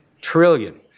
trillion